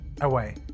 away